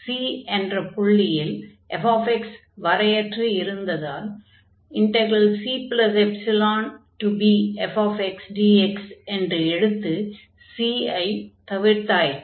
c என்ற புள்ளியில் fx வரையரையற்று இருந்ததால் cεbfxdx என்று எடுத்து c ஐ தவிர்த்தாயிற்று